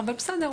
אבל בסדר,